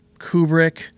Kubrick